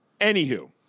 Anywho